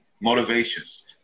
motivations